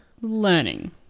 learning